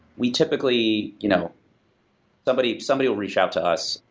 we typically you know somebody somebody will reach out to us.